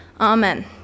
amen